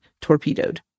torpedoed